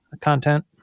content